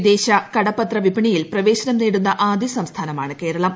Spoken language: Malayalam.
വിദേശകടപ്പത്ര വിപണിയിൽ പ്രവേശനം നേടുന്ന ആദ്യ സംസ്ഥാനമാണ് കേരളം